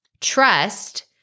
trust